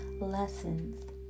lessons